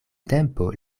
tempo